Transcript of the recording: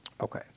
Okay